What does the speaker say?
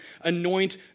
anoint